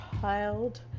child